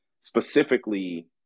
specifically